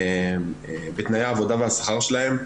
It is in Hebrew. בתנאי העבודה והשכר שלהן,